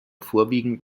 vorwiegend